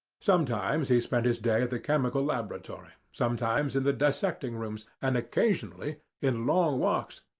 sometimes he spent his day at the chemical laboratory, sometimes in the dissecting-rooms, and occasionally in long walks,